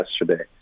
yesterday